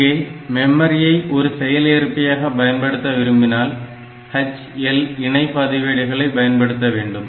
இங்கே மெமரியை ஒரு செயல்ஏற்பியாக பயன்படுத்த விரும்பினால் HL இணை பதிவேடுகளை பயன்படுத்த வேண்டும்